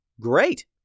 Great